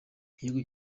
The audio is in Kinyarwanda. igihugu